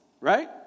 right